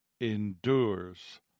endures